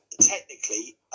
technically